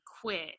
quit